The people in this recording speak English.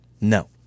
No